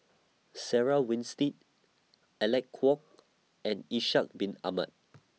Sarah Winstedt Alec Kuok and Ishak Bin Ahmad